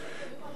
בערבית יש